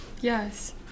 Yes